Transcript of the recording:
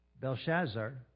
Belshazzar